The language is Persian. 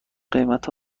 قیمت